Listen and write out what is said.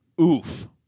oof